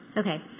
Okay